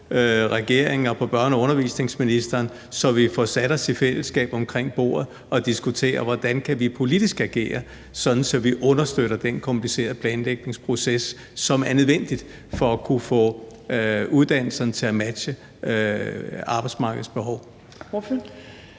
regeringen og børne- og undervisningsministeren, så vi får sat os omkring bordet og i fællesskab får diskuteret, hvordan vi politisk kan agere, sådan at vi understøtter den komplicerede planlægningsproces, som er nødvendig for at kunne få uddannelserne til at matche arbejdsmarkedets behov?